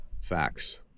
Facts